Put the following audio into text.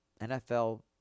NFL